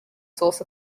source